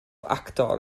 actor